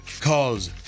Cause